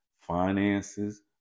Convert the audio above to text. finances